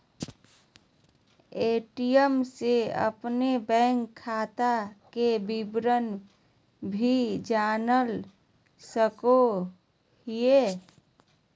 ATM से अपन bank खाता के विवरण भी जान सको हिये